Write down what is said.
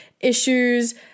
issues